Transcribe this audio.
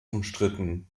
umstritten